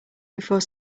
before